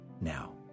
now